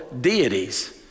deities